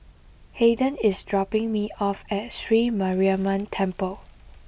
Hayden is dropping me off at Sri Mariamman Temple